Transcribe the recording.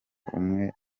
umwe